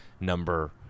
number